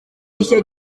rishya